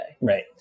Right